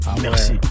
Merci